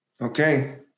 Okay